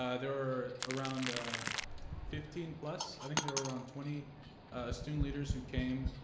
ah there were around fifteen plus, i think there were around twenty student leaders who came.